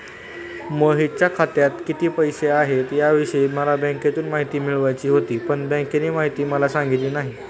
मोहितच्या खात्यात किती पैसे आहेत याविषयी मला बँकेतून माहिती मिळवायची होती, पण बँकेने माहिती मला सांगितली नाही